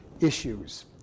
issues